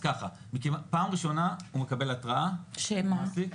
פעם ראשונה הוא מקבל התראה, המעסיק.